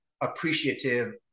appreciative